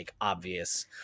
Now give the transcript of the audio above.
obvious